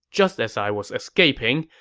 just as i was escaping,